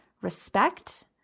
respect